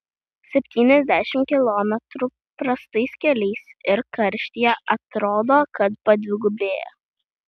septyniasdešimt kilometrų prastais keliais ir karštyje atrodo kad padvigubėja